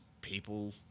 people